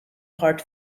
heart